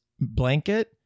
blanket